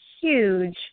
huge